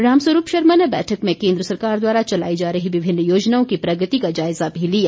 रामस्वरूप शर्मा ने बैठक में केंद्र सरकार द्वारा चलाई जा रही विभिन्न योजनाओं की प्रगति का जायजा भी लिया